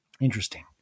Interesting